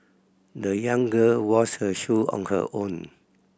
the young girl washed her shoe on her own